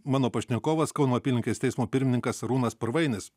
mano pašnekovas kauno apylinkės teismo pirmininkas arūnas purvainis